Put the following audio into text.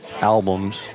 albums